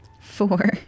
Four